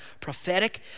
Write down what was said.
prophetic